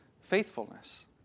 faithfulness